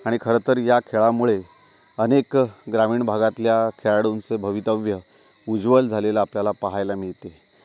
आणि खरं तर या खेळामुळे अनेक ग्रामीण भागातल्या खेळाडूंचे भवितव्य उज्ज्वल झालेलं आपल्याला पाहायला मिळते